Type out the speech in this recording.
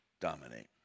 dominate